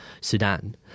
Sudan